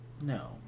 no